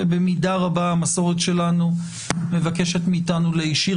ובמידה רבה המסורת שלנו מבקשת מאתנו להישיר